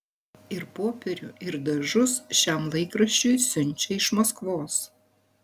ir popierių ir dažus šiam laikraščiui siunčia iš maskvos